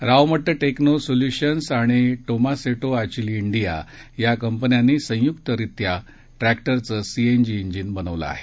Rawmatt techno solutions आणि Tomasetto Achille India या कंपन्यांनी संयुक्तरित्या ट्रक्टरचं सीएनजी इंजिन बनवलं आहे